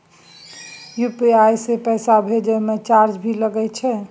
UPI से पैसा भेजै म चार्ज भी लागे छै?